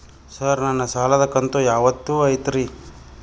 Sir ನನ್ನ ಸಾಲದ ಕಂತು ಯಾವತ್ತೂ ಐತ್ರಿ?